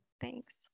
thanks